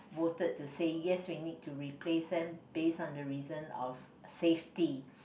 voted to say yes we need to replace them based on the reason of safety